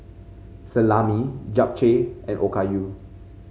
Salami Japchae and Okayu